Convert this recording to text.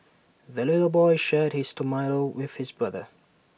the little boy shared his tomato with his brother